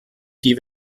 die